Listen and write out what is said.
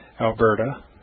Alberta